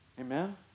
Amen